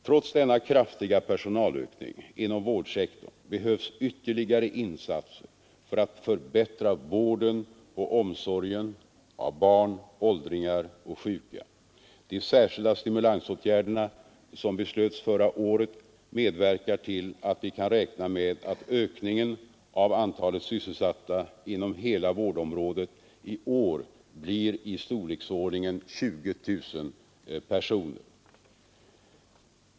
Trots denna kraftiga personalökning inom vårdsektorn behövs ytterligare insatser för att förbättra vården och omsorgen av barn, åldringar och sjuka. De särskilda stimulansåtgärderna som beslöts förra året medverkar till att vi kan räkna med att ökningen av antalet sysselsatta inom hela vårdområdet i år blir i storleksordningen 20 000 personer.